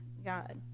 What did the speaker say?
god